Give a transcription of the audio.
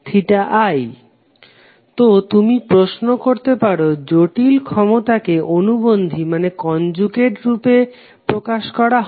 S12VIVrmsIrmsVrmsIrmsv i তো তুমি প্রশ্ন করতে পারো কেনো জটিল ক্ষমতাকে অনুবন্ধী রূপে প্রকাশ করা হয়